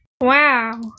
Wow